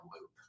loop